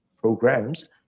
programs